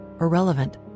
irrelevant